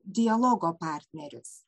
dialogo partneris